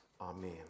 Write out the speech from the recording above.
Amen